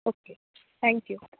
okay thank you